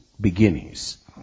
beginnings